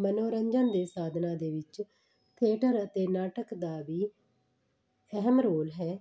ਮਨੋਰੰਜਨ ਦੇ ਸਾਧਨਾਂ ਦੇ ਵਿੱਚ ਥੀਏਟਰ ਅਤੇ ਨਾਟਕ ਦਾ ਵੀ ਅਹਿਮ ਰੋਲ ਹੈ